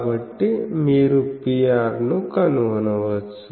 కాబట్టి మీరు Pr ను కనుగొనవచ్చు